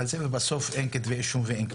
ובסוף אין כתבי אישום ואין כלום.